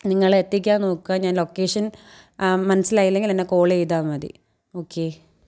നിങ്ങളെത്തിക്കാൻ നോക്കുക ഞാൻ ലൊക്കേഷൻ മനസ്സിലായില്ലെങ്കിലെന്നെ കോൾ ചെയ്താൽ മതി ഓക്കെ